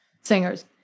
singers